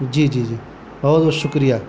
جی جی جی بہت بہت شکریہ